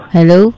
Hello